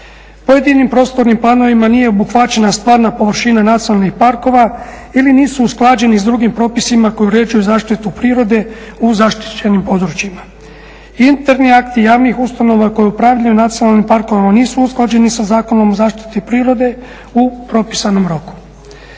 Pojedinim prostornim planovima nije obuhvaćena stvarna površina nacionalnih parkova ili nisu usklađeni s drugim propisima koji uređuju zaštitu prirode u zaštićenim područjima. Interni akti javnih ustanova koji upravljaju nacionalnim parkovima nisu usklađeni sa Zakonom o zaštiti prirode u propisanom roku.